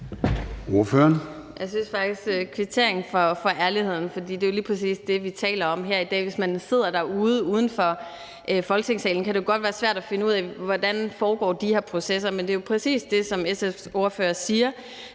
Jeg vil faktisk kvittere for ærligheden, for det er jo lige præcis det, vi taler om her i dag. Hvis man sidder derude uden for Folketingssalen, kan det godt være svært at finde ud af, hvordan de her processer foregår, men det er jo præcis, som SF's ordfører siger,